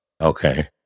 Okay